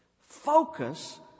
Focus